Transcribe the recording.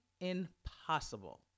impossible